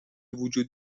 وجود